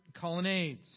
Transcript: colonnades